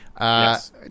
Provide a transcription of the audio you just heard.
Yes